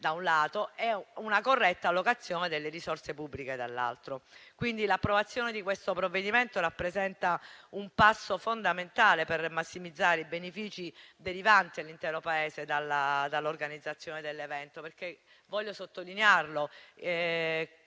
da un lato, e una corretta allocazione delle risorse pubbliche, dall'altro. Quindi, l'approvazione di questo provvedimento rappresenta un passo fondamentale per massimizzare i benefici derivanti all'intero Paese dall'organizzazione dell'evento. Voglio sottolineare